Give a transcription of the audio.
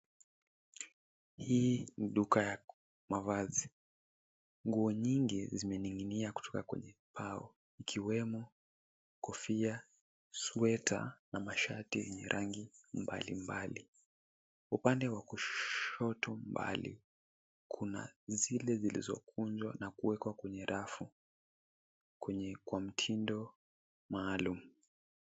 Hii ni duka ya mavazi, nguo nyingi zimening'inia kutoka kwenye paa ikiwemo kofia, sweta na mashati yenye rangi mbalimbali. Upande wa kushoto mbali kuna zile zilizokunjwa na kuwekwa kwenye rafu kwa mtindo maaalum.